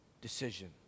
decision